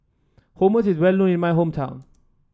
hummus is well known in my hometown